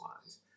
lines